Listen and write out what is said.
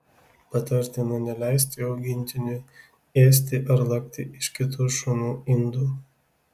patartina neleisti augintiniui ėsti ar lakti iš kitų šunų indų